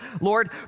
Lord